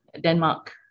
Denmark